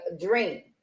dream